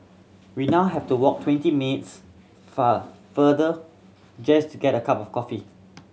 we now have to walk twenty minutes far farther just to get a cup of coffee